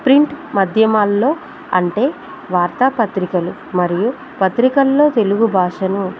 print మాధ్యమాల్లో అంటే వార్తాపత్రికలు మరియు పత్రికల్లో తెలుగు భాషను